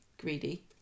Greedy